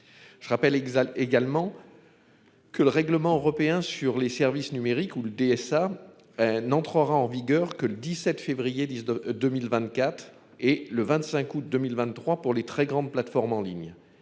Je rappelle exhale également. Que le règlement européen sur les services numériques ou le DSA. N'entrera en vigueur que le 17 février 19, 2024 et le 25 août 2023 pour les très grandes plateformes en ligne.